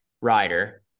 rider